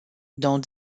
dont